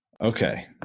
Okay